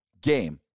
game